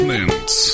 Mints